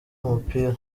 umupira